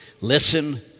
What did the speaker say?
listen